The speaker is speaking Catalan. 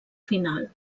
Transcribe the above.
final